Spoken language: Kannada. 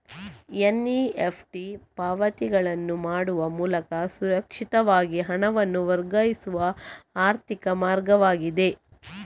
ಎನ್.ಇ.ಎಫ್.ಟಿ ಪಾವತಿಗಳನ್ನು ಮಾಡುವ ಮೂಲಕ ಸುರಕ್ಷಿತವಾಗಿ ಹಣವನ್ನು ವರ್ಗಾಯಿಸುವ ಆರ್ಥಿಕ ಮಾರ್ಗವಾಗಿದೆ